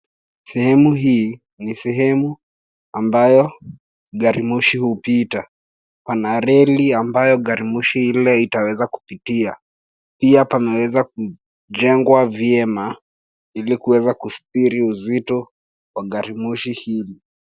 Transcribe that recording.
Sehemu hii ni sehemu ambayo garimoshi hupita. Pana reli ambayo garimoshi ile itaweza kupitia. Pia pameweza kujengwa vyema ili kuweza kustili uzito wa garimoshi hii.